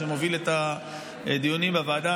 שמוביל את הדיונים בוועדה,